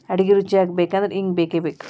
ಅಡಿಗಿ ರುಚಿಯಾಗಬೇಕು ಅಂದ್ರ ಇಂಗು ಬೇಕಬೇಕ